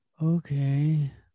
Okay